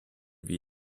wie